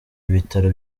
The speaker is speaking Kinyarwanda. ibitaro